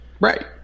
Right